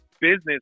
business